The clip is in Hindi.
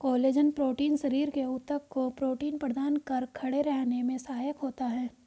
कोलेजन प्रोटीन शरीर के ऊतक को प्रोटीन प्रदान कर खड़े रहने में सहायक होता है